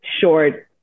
short